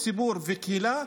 ציבור וקהילה,